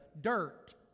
dirt